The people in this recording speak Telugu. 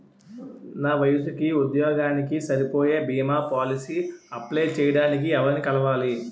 నా వయసుకి, ఉద్యోగానికి సరిపోయే భీమా పోలసీ అప్లయ్ చేయటానికి ఎవరిని కలవాలి?